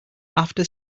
after